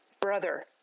brother